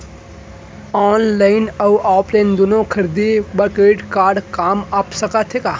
Online अऊ offline दूनो खरीदी बर क्रेडिट कारड काम आप सकत हे का?